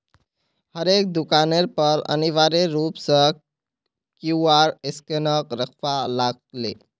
हरेक दुकानेर पर अनिवार्य रूप स क्यूआर स्कैनक रखवा लाग ले